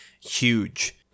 huge